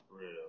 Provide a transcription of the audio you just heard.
real